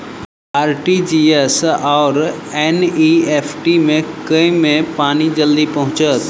RTGS आओर NEFT मे केँ मे पानि जल्दी पहुँचत